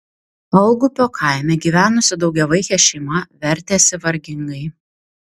algupio kaime gyvenusi daugiavaikė šeima vertėsi vargingai